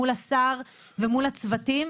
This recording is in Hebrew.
מול השר ומול הצוותים,